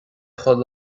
chomh